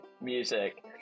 music